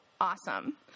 awesome